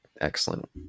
excellent